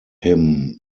him